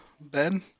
Ben